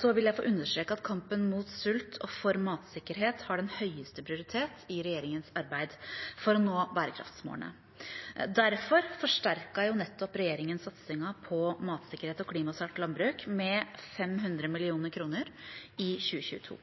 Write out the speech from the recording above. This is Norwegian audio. Så vil jeg få understreke at kampen mot sult – og for matsikkerhet – har den høyeste prioritet i regjeringens arbeid for å nå bærekraftsmålene. Derfor forsterker regjeringen nettopp satsingen på matsikkerhet og klimasmart landbruk med 500 mill. kr i 2022.